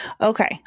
Okay